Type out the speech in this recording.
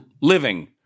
living